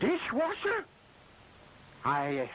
dishwasher i